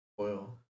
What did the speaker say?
oil